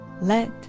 let